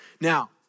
Now